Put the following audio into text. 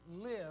live